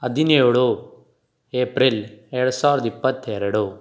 ಹದಿನೇಳು ಎಪ್ರಿಲ್ ಎರಡು ಸಾವಿರದ ಇಪ್ಪತ್ತೆರಡು